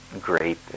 great